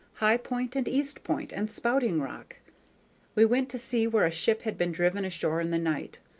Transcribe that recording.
high point and east point, and spouting rock we went to see where a ship had been driven ashore in the night,